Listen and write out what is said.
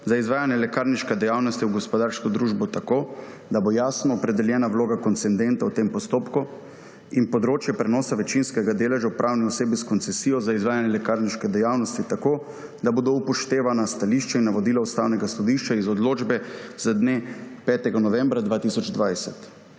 za izvajanje lekarniške dejavnosti v gospodarsko družbo tako, da bo jasno opredeljena vloga koncedenta v tem postopku, in področje prenosa večinskega deleža v pravni osebi s koncesijo za izvajanje lekarniške dejavnosti tako, da bodo upoštevani stališča in navodila Ustavnega sodišča iz odločbe z dne 5. novembra 2020.